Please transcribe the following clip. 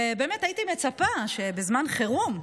ובאמת הייתי מצפה שבזמן חירום,